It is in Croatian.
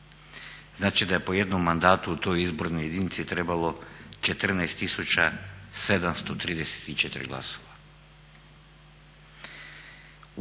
Znači da je po jednom mandatu u toj izbornoj jedinici trebalo 14 tisuća 734 glasova.